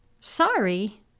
sorry